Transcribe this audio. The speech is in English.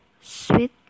sweet